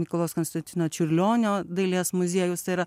mikalojaus konstantino čiurlionio dailės muziejus yra